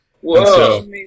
Whoa